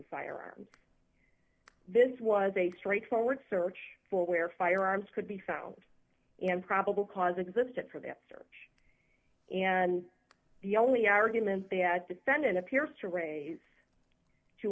firearms this was a straightforward search for where firearms could be found and probable cause existed for that search and the only argument they had to send in appears to raise to